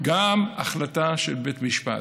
גם החלטה של בית משפט.